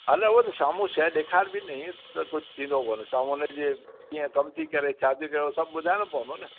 हल उहो त साम्हूं शइ ॾेखारबी न ईअं त कुझु थींदो कोन्हे साम्हूं हुनजे कीअं कम थी करे छा थी करे उहो सभु ॿुधाइणो पवंदो न